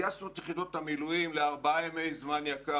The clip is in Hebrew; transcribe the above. גייסנו את יחידות המילואים ל-4 ימי זמן יקר